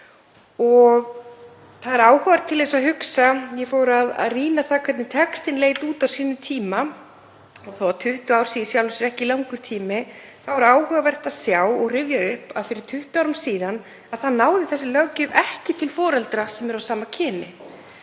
Það eru 20 ár síðan og ég fór að rýna það hvernig textinn leit út á sínum tíma. Þó að 20 ár séu í sjálfu sér ekki langur tími þá er áhugavert að sjá og rifja upp að fyrir 20 árum síðan náði þessi löggjöf ekki til foreldra sem eru af sama kyni.